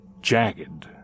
jagged